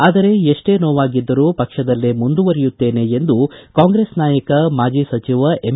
ಆದರೆ ಎಷ್ಟೇ ನೋವಾಗಿದ್ದರೂ ಪಕ್ಷದಲ್ಲೇ ಮುಂದುವರಿಯುತ್ತೇನೆ ಎಂದು ಕಾಂಗ್ರೆಸ್ ನಾಯಕ ಮಾಜಿ ಸಚಿವ ಎಂ